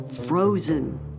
frozen